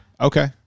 Okay